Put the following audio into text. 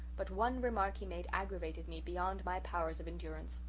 but one remark he made aggravated me beyond my powers of endurance.